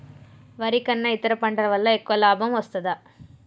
వరి కన్నా ఇతర పంటల వల్ల ఎక్కువ లాభం వస్తదా?